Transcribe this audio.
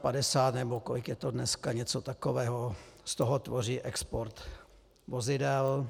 Padesát šest, nebo kolik je to dneska, něco takového, z toho tvoří export vozidel.